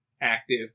active